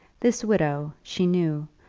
this widow, she knew,